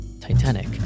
Titanic